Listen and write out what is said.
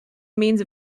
means